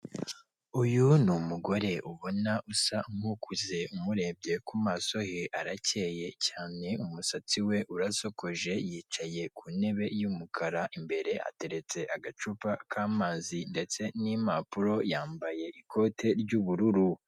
Uyu ni umugore ubona usa nkukuze umurebye ku maso he arakeye cyane umusatsi we urasokoje yicaye ku ntebe y'umukara imbere hateretse agacupa k'amazi ndetse n'impapuro yambaye ikote ry'ubururu.